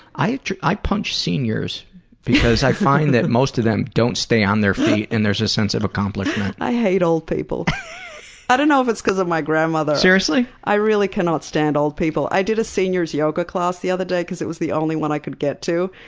i i punch seniors. pg because i find that most of them don't stay on their feet, and there's a sense of accomplishment. i hate old people. sb i don't know if it's because of my grandmother. seriously? i really cannot stand old people. i did a seniors yoga class the other day, because it was the only one i could get to,